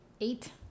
eight